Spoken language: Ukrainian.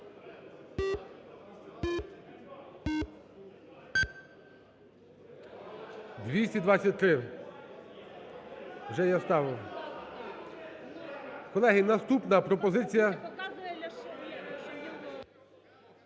За-223 Вже я ставив. Колеги, наступна пропозиція…